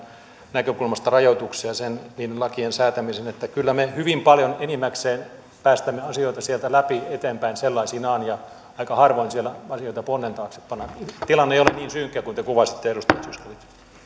näkökulmasta rajoituksia niiden lakien säätämiseen eli kyllä me hyvin paljon enimmäkseen päästämme asioita sieltä läpi eteenpäin sellaisinaan ja aika harvoin siellä asioita ponnen taakse pannaan tilanne ei ole niin synkkä kuin te kuvasitte